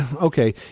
okay